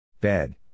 Bed